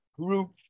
group